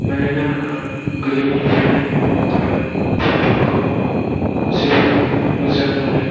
मानोना आं गोरलैनिफ्रायनो फुटब'ल खौ जोबोर मोजां मोनो